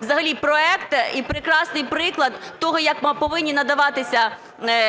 взагалі проект і прекрасний приклад того, як повинні надаватися…